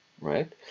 right